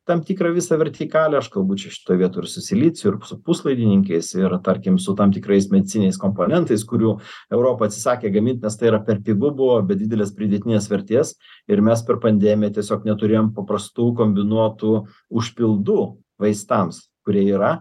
tam tikrą visą vertikalę aš kalbu čia šitoj vietoj ir su siliciu ir su puslaidininkiais ir tarkim su tam tikrais medicininiais komponentais kurių europa atsisakė gamint nes tai yra per pigu buvo be didelės pridėtinės vertės ir mes per pandemiją tiesiog neturėjom paprastų kombinuotų užpildų vaistams kurie yra